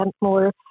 more